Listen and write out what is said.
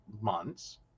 months